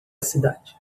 cidade